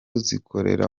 zikorera